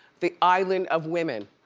the island of women.